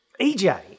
EJ